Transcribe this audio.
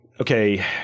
Okay